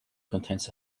contains